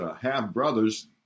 half-brothers